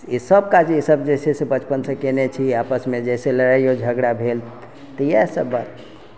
ई सब काज जे ईसब जे छै से बचपन सँ केने छी आपस मे जे है से लड़ाइयो झगड़ा भेल तऽ इएह सब बात